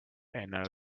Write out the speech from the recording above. and